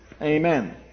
Amen